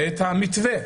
את המתווה.